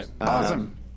Awesome